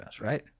right